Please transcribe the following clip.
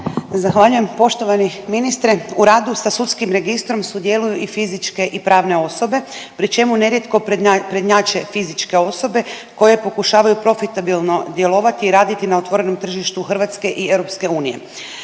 Zahvaljujem. Poštovani ministre, u radu sa sudskim registrom sudjeluju i fizičke i pravne osobe pri čemu nerijetko prednjače fizičke osobe koje pokušavaju profitabilno djelovati i raditi na otvorenom tržištu Hrvatske i EU. Mnoge